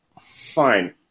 Fine